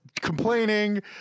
complaining